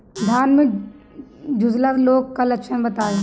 धान में झुलसा रोग क लक्षण बताई?